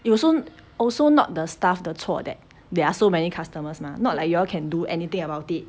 it also also not the staff 的错 that there are so many customers mah not like you all can do anything about it